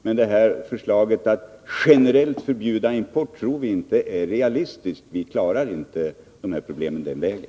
Men förslaget att generellt förbjuda import tror vi inte är realistiskt. Vi klarar inte de här problemen den vägen.